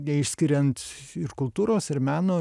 neišskiriant ir kultūros ir meno